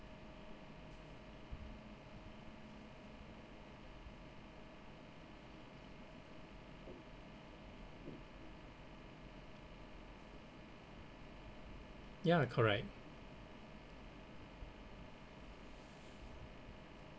ya correct